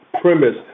premise